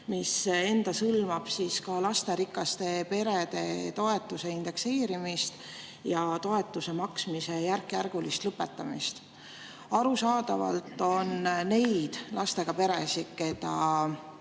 mis endas hõlmab ka lasterikaste perede toetuse indekseerimist ja toetuse maksmise järkjärgulist lõpetamist. Arusaadavalt on neid lastega peresid, keda